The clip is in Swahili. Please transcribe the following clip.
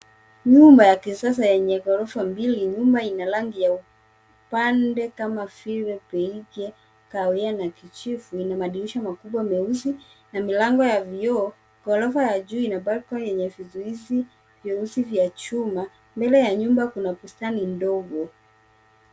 Nyumba ya kisasa yenye ghorofa mbili Lina rangi ya upande kama vile kahawia na kijivu. Lina madirisha makubwa meusi na milango ya vioo. Ghorofa juu Lina balkoni yenye vizuizi vya chuma. Mbele ya nyuma kuna bustani ndogo.